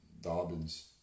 Dobbins